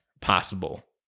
possible